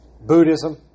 Buddhism